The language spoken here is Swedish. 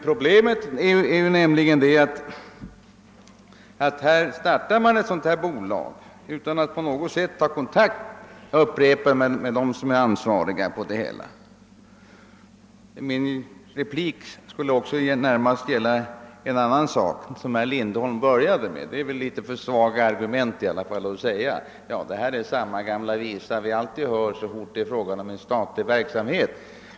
Problemet är emellertid att här startar man ett bolag utan att på något sätt ta kontakt med dem som är ansvariga för sjukvården. Min replik skulle närmast gälla vad herr Lindholm tog upp i början av sitt anförande. Det är väl ett alltför svagt argument att säga, att här är samma gamla visa som vi alltid hör så fort det är fråga om vidgad statlig verksamhet.